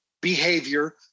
behavior